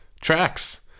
tracks